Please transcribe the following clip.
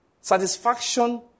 Satisfaction